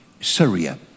Syria